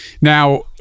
Now